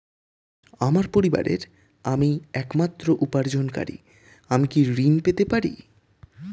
আমার পরিবারের আমি একমাত্র উপার্জনকারী আমি কি ঋণ পেতে পারি?